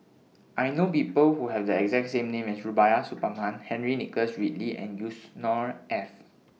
I know People Who Have The exact name as Rubiah Suparman Henry Nicholas Ridley and Yusnor Ef